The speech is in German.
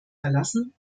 verlassen